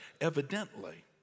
Evidently